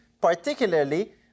particularly